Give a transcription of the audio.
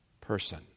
person